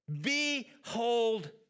Behold